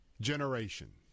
generation